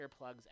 earplugs